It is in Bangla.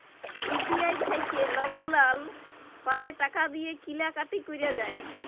ইউ.পি.আই থ্যাইকে লকগুলাল পারে টাকা দিঁয়ে কিলা কাটি ক্যরা যায়